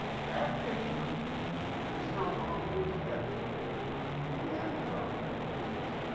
that picture was how mom always kept the piano top during christmas.